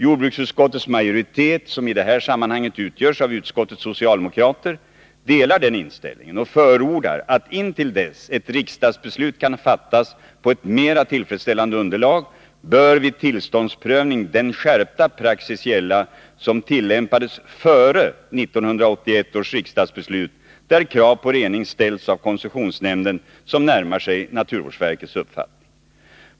Jordbruksutskottets majoritet, som i det här sammanhanget utgörs av utskottets socialdemokrater, delar den inställningen och förordar att intill dess ett riksdagsbeslut kan fattas på ett mera tillfredsställande underlag bör vid tillståndsprövning den skärpta praxis gälla som tillämpades före 1981 års riksdagsbeslut, där krav på rening ställts av koncessionsnämnden vilka närmar sig naturvårdsverkets uppfattning.